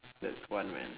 that's fun man